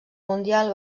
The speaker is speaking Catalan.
mundial